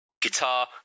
guitar